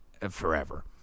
forever